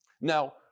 Now